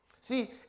See